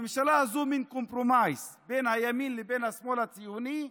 הממשלה הזו היא מין compromise בין הימין לבין השמאל הציוני,